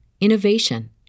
innovation